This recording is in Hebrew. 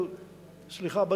סליחה,